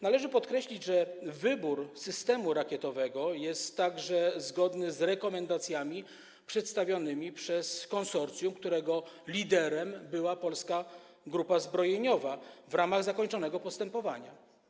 Należy podkreślić, że wybór systemu rakietowego jest zgodny z rekomendacjami przedstawionymi przez konsorcjum, którego liderem była Polska Grupa Zbrojeniowa, w ramach zakończonego postępowania.